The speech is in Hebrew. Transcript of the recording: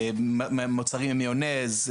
מוצרים עם מיונז,